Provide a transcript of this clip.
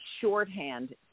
shorthand